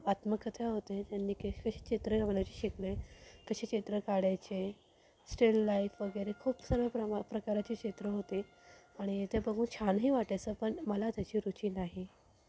आत्मकथा होते त्यांनी कशी कशी चित्र बनवाचे शिकले कसे चित्र काढायचे स्टिल लाईफ वगैरे खूप सारे प्रमा प्रकाराचे चित्र होते आणि ते बघून छानही वाटायचं पण मला त्याची रुची नाही